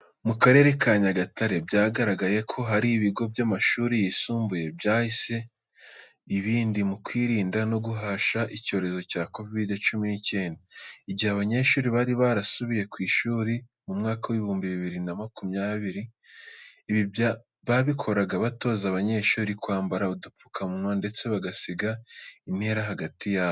Mu Karere ka Nyagatare byagaragaye ko hari ibigo by'amashuri yisumbuye byahize ibindi mu kwirinda no guhashya icyorezo cya Kovide cyumi n'icyenda, igihe abanyeshuri bari barasubiye ku ishuri mu mwaka w'ibihumbi bibiri na makumyabiri. Ibi babikoraga batoza abanyeshuri kwambara udupfukamunwa ndetse bagasiga intera hagati yabo.